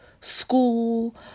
school